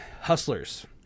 Hustlers